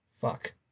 fuck